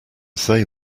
say